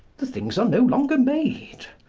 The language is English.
the things are no longer made.